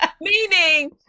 Meaning